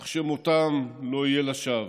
שמותם לא יהיה לשווא.